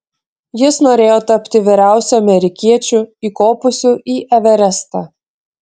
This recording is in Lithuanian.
jis norėjo tapti vyriausiu amerikiečiu įkopusių į everestą